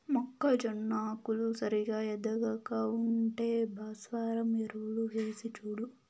మొక్కజొన్న ఆకులు సరిగా ఎదగక ఉంటే భాస్వరం ఎరువులు వేసిచూడు